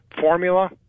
formula